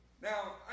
Now